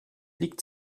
liegt